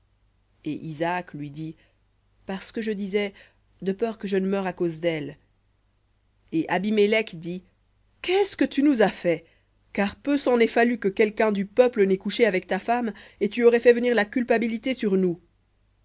et isaac lui dit parce que je disais de peur que je ne meure à cause delle et abimélec dit qu'est-ce que tu nous as fait car peu s'en est fallu que quelqu'un du peuple n'ait couché avec ta femme et tu aurais fait venir la culpabilité sur nous